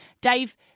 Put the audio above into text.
Dave